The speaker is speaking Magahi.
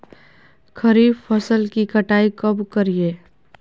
खरीफ फसल की कटाई कब करिये?